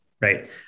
right